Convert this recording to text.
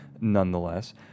nonetheless